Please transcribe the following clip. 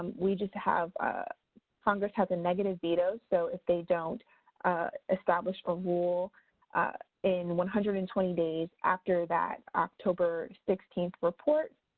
we just have congress has a negative veto, so if they don't establish a rule in one hundred and twenty days after that october sixteen report,